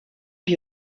die